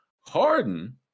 Harden